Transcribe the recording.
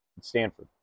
Stanford